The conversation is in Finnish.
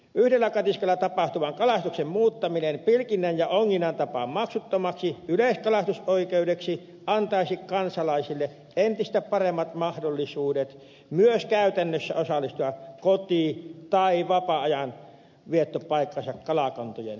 yhdellä katiskalla tapahtuvan kalastuksen muuttaminen pilkinnän ja onginnan tapaan maksuttomaksi yleiskalastusoikeudeksi antaisi kansalaisille entistä paremmat mahdollisuudet myös käytännössä osallistua koti tai vapaa ajanviettopaikkansa kalakantojen hoitoon